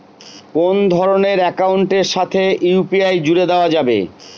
কোন ধরণের অ্যাকাউন্টের সাথে ইউ.পি.আই জুড়ে দেওয়া যাবে?